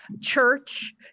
church